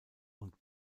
und